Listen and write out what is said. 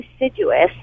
deciduous